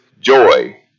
joy